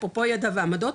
אפרופו ידע ועמדות,